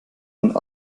und